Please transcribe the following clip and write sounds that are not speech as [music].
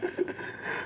[laughs]